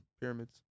Pyramids